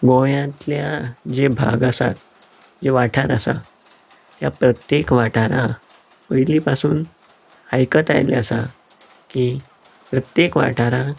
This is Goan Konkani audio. गोंयांतल्या जे भाग आसात जे वाठार आसात त्या प्रत्येक वाठारांत पयली पासून आयकत आयल्ले आसात की प्रत्येक वाठारांत